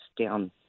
down